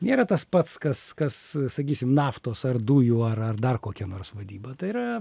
nėra tas pats kas kas sakysim naftos ar dujų ar ar dar kokia nors vadyba tai yra